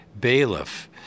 bailiff